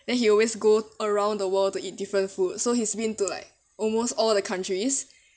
then he always go around the world to eat different food so he's been to like almost all the countries